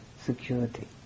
security